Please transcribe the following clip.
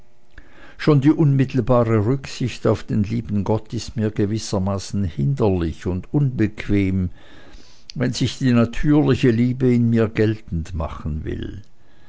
schon die unmittelbare rücksicht auf den lieben gott ist mir gewissermaßen hinderlich und unbequem wenn sich die natürliche liebe in mir geltend machen will